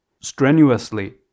strenuously